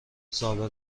زابه